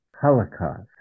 Holocaust